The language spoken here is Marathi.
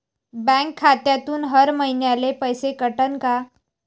बँक खात्यातून हर महिन्याले पैसे कटन का?